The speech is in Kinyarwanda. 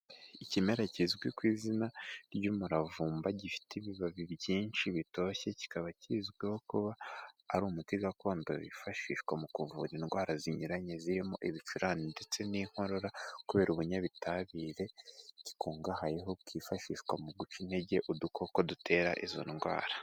Ikimera kizwi ku izina ry'umuravumba, gifite ibibabi byinshi bitoshye, kikaba kizwiho kuba ari umuti gakondo wifashishwa mu kuvura indwara zinyuranye; zirimo ibicurane ndetse n'inkorora kubera ubunyabitabire gikungahayeho bwifashishwa mu guca intege udukoko dutera izo ndwara.